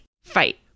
fight